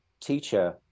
teacher